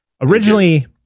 Originally